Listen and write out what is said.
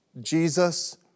Jesus